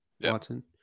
Watson